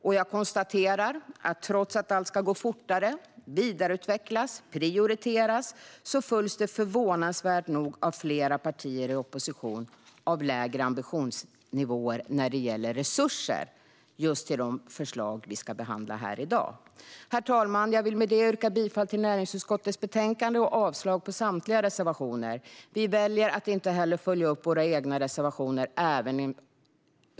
Och trots att allt ska gå fortare, vidareutvecklas och prioriteras följs det förvånansvärt nog för flera partier i opposition av lägre ambitionsnivåer när det gäller resurser till de förslag vi ska behandla här i dag. Fru talman! Jag vill med detta yrka bifall till näringsutskottets förslag till beslut och avslag på samtliga reservationer. Vi väljer att inte heller följa upp våra egna reservationer.